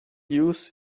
use